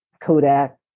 Kodak